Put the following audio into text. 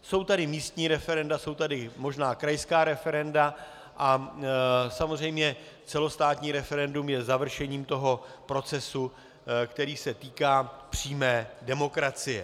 Jsou tady místní referenda, jsou tady možná krajská referenda a samozřejmě celostátní referendum je završení procesu, který se týká přímé demokracie.